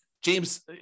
James